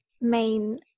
main